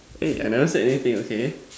eh I never say anything okay